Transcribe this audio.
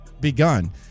begun